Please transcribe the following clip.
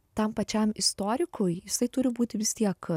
tam pačiam istorikui jisai turi būti vis tiek